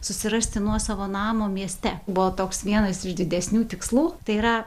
susirasti nuosavo namo mieste buvo toks vienas iš didesnių tikslų tai yra